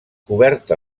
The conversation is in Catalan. coberta